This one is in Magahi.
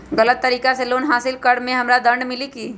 गलत तरीका से लोन हासिल कर्म मे हमरा दंड मिली कि?